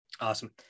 Awesome